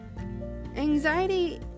Anxiety